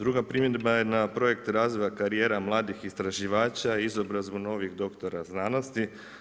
Druga primjedba je na projekt razvoja karijera mladih istraživača i izobrazbu novih doktora znanosti.